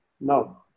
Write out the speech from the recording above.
No